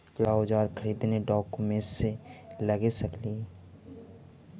क्या ओजार खरीदने ड़ाओकमेसे लगे सकेली?